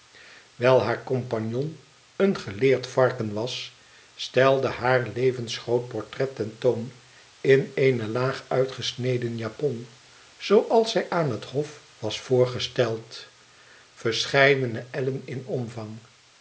wijl haar compagnon een geleerd varken was stelde haar levensgroot portret ten toon in eene laag uitgesneden japon zooals zij aan het hof was voorgesteld verscheidene ellen in omvang